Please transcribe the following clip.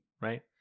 right